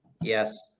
Yes